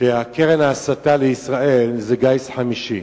שקרן ההסתה לישראל זה גיס חמישי.